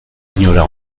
inora